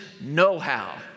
know-how